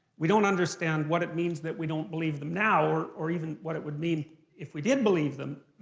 we don't understand what it means that we don't believe them now, or or even what it would mean if we did believe them.